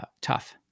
tough